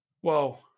Whoa